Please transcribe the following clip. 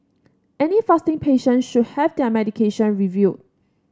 any fasting patient should have their medication reviewed